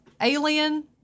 Alien